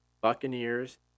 Buccaneers